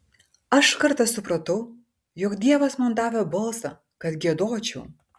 aš kartą supratau jog dievas man davė balsą kad giedočiau